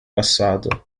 passato